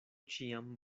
ĉiam